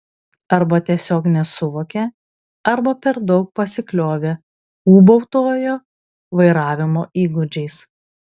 arba tiesiog nesuvokė arba per daug pasikliovė ūbautojo vairavimo įgūdžiais